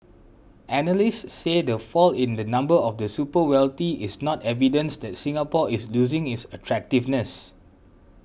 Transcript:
analysts said the fall in the number of the super wealthy is not evidence that Singapore is losing its attractiveness